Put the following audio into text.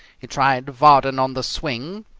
he tried vardon on the swing,